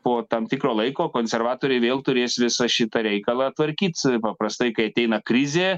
po tam tikro laiko konservatoriai vėl turės visą šitą reikalą tvarkyt paprastai kai ateina krizė